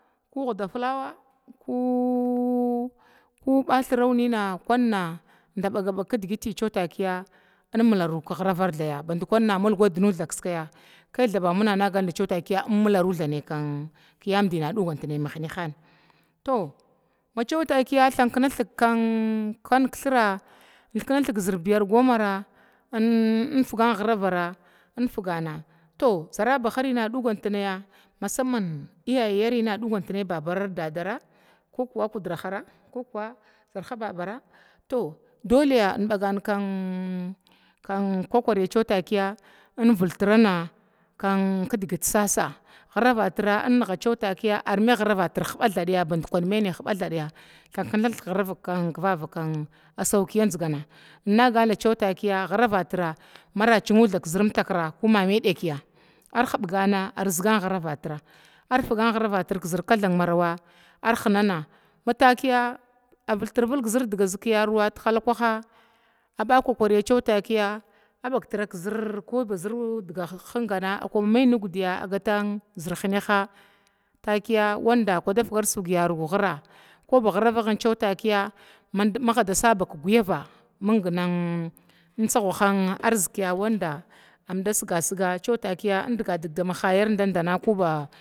Ku hwda flawa ku bathraunina inda ɓagaɓag kdigiti cewa inmlaru kəghravara thyaya bandkwan amlgwad nud kskaya kai thaba mana nagan thaba mana nagan thaba cewa takiya inmlri thanai kyamudi naɗugannai hnyaha macewa takiya thanknathə kwankthra inthknathə kzr biyar gomara infəan ghravara infgana, to zarabahari ina ɗugantnaya masaman iyayari inadugantnaya babara ard dadara kokuwa kudrahara, kəkuwa zarha babara doleya inbagan kwakwariya takiya invitrana kdigit sasa, ghravatra inngha takiya armai ghravatrhɓa thaɗya band kwan mai nai hɓa thaɗya thankna thg kvaka saukiya ndzgana innagan thaɓ cewa takiya ghravatr thab mara chnwu thab kzrmtakra ku mamai ɗekya, arhbgana arzgan ghravatra, arfgan ghravaratra kzr kathan marakar hnana matakiya avitrvlə kzr dga zə kyaruwa t halakwaha aɓ kwakwariya cewa takiya abaətra koba zedga hngana akwa mamai ngudya agata zr hnya ha takiya wanda kwada fgars fg yaru kghra koba ghrava cewa takiya maghada sabk gwyava mng ntsahwaha arzikiya wanda amda sga sga cewa takiya indga dg dama hayar nda ndan kuba